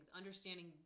understanding